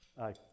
Aye